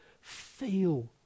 feel